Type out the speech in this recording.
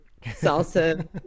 salsa